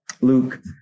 Luke